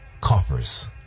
coffers